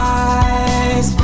eyes